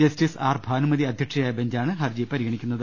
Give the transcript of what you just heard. justice R Bhanumathi അധ്യക്ഷയായ ബെഞ്ചാണ് ഹർജി പരിഗണിക്കുന്നത്